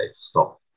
stop